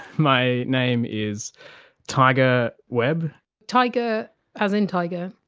my name is tiger webb tiger as in tiger?